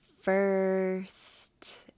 first